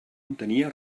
entenia